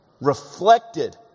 reflected